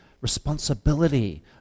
responsibility